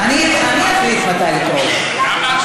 אני אחליט מתי לקרוא לו.